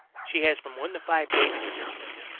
she has from one to five babies in the spring.